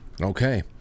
okay